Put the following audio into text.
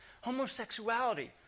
homosexuality